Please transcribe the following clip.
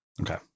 okay